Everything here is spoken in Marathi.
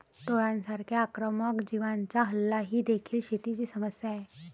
टोळांसारख्या आक्रमक जीवांचा हल्ला ही देखील शेतीची समस्या आहे